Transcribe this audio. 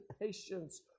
patience